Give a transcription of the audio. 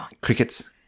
Crickets